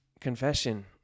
confession